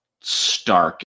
stark